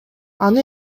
аны